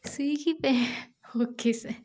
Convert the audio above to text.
Swiggy पे okay sir